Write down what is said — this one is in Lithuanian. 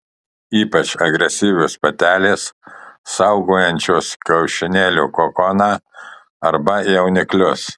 ypač agresyvios patelės saugojančios kiaušinėlių kokoną arba jauniklius